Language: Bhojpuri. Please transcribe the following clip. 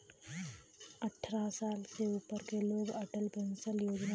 अट्ठारह साल से ऊपर क लोग अटल पेंशन योजना क लाभ उठा सकलन